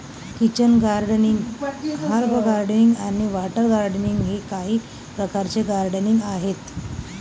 kitchen gardening, herb gardening आणि water gardening हे काही प्रकारचे गार्डनिंग आहेत